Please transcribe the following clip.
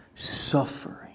suffering